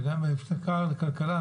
במשרד הכלכלה,